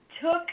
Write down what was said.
took